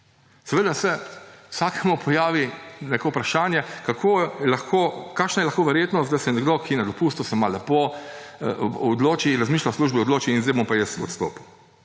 Seveda se vsakemu pojavi neko vprašanje, kakšna je lahko verjetnost, da se nekdo, ki je na dopustu, se ima lepo, odloči in razmišlja o službi, odloči – zdaj bom pa jaz odstopil.